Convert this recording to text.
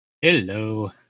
Hello